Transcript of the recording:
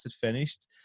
finished